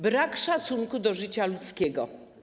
Brak szacunku do życia ludzkiego.